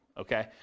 okay